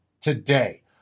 today